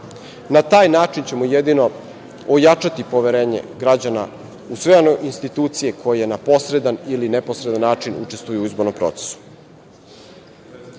Na taj način ćemo jedino ojačati poverenje građana u sve one institucije koje na posredan ili na neposredan način učestvuju u izbornom procesu. Takođe,